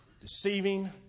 deceiving